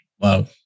Wow